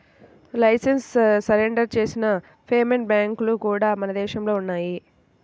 licence surrender చేసిన payment బ్యాంక్లు కూడా మన దేశంలో ఉన్నయ్యి